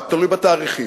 רק תלוי בתאריכים.